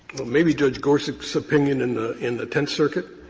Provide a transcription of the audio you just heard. well, maybe judge gorsuch's opinion in the in the tenth circuit.